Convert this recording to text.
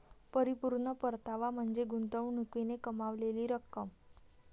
परिपूर्ण परतावा म्हणजे गुंतवणुकीने कमावलेली रक्कम